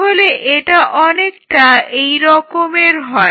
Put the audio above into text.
তাহলে এটা অনেকটা এই রকমের হয়